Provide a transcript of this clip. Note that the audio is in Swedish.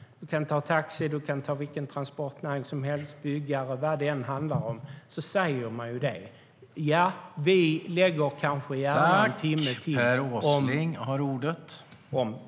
Du kan ta taxi eller vilken transportnäring som helst som exempel, eller byggare - vad det än handlar om säger de detta.